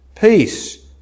Peace